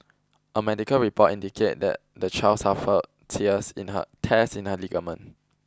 a medical report indicated that the child suffered tears in her tears in her ligaments